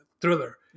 thriller